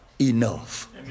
enough